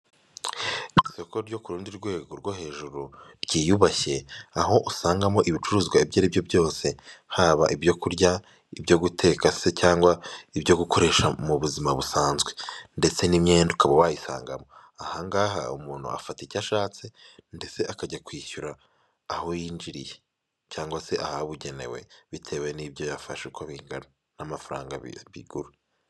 Isoko ryo kundi rwego rwo hejuru ryiyubashye aho usangamo ibicuruzwa ibyo aribyo byose haba ibyo kurya, ibyo guteka se cyangwa ibyo gukoresha mu buzima busanzwe, ndetse n'imyenda uka wayisanga aha ngaha, umuntu afata icyo ashatse ndetse akajya kwishyura aho yinjiriye cyangwa se ahabugenewe bitewe n'ibyo yafashe uko bingana n'amafaranga bi bigura.